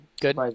Good